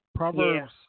Proverbs